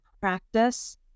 practice